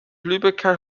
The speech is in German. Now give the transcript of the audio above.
lübecker